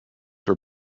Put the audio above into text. were